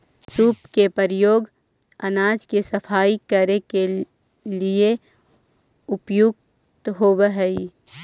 सूप के प्रयोग अनाज के सफाई के लिए प्रयुक्त होवऽ हई